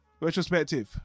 Retrospective